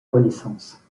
renaissance